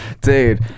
Dude